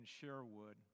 Sherwood